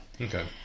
Okay